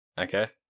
Okay